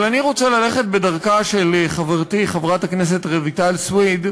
אבל אני רוצה ללכת בדרכה של חברתי חברת הכנסת רויטל סויד,